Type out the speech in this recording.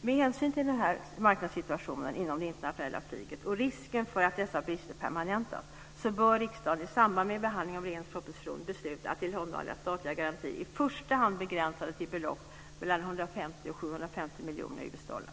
Med hänsyn till den här marknadssituationen inom det internationella flyget och risken för att dessa brister permanentas bör riksdagen i samband med behandlingen av regeringens proposition besluta att tillhandahålla statliga garantier i första hand begränsade till belopp mellan 150 och 750 miljoner US dollar.